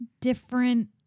different